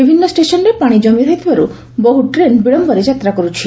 ବିଭିନ୍ ଷେସନ୍ରେ ପାଶି ଜମି ରହିଥିବାରୁ ବହୁ ଟ୍ରେନ୍ ବିଳମ୍ୟରେ ଯାତ୍ରା କର୍ତଛି